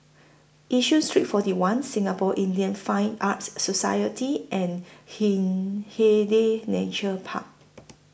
Yishun Street forty one Singapore Indian Fine Arts Society and Hindhede Nature Park